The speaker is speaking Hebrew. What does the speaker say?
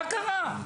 מה קרה?